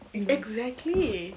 exactly